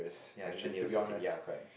ya even they also said ya correct